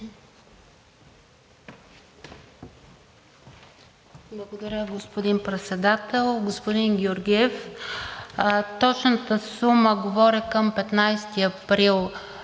Благодаря, господин Председател. Господин Георгиев, точната сума, говоря към 15 април,